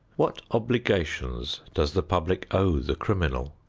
what obligations does the public owe the criminal?